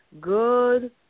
good